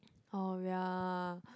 oh ya